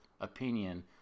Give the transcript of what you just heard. opinion